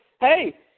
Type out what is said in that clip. hey